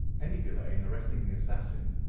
any delay in arresting the assassin,